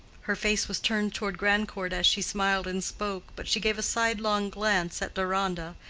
her face was turned toward grandcourt as she smiled and spoke, but she gave a sidelong glance at deronda,